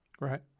right